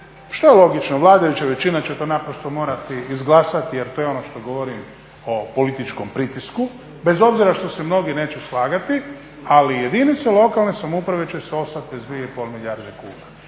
Što je logično, vladajuća većina će to naprosto morati izglasati jer to ono što govorim o političkom pritisku bez obzira što se mnogi neće slagati, ali jedinice lokalne samouprave će ostat bez 2,5 milijarde kuna.